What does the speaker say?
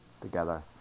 together